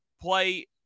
play